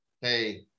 Hey